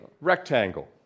rectangle